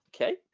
Okay